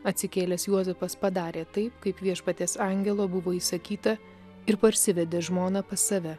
atsikėlęs juozapas padarė taip kaip viešpaties angelo buvo įsakyta ir parsivedė žmoną pas save